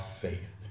faith